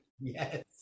Yes